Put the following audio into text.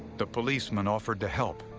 the policeman offered to help.